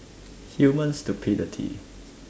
human stupidity